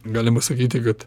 galima sakyti kad